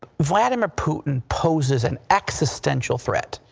vladimir putin possess an extential threat.